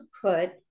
put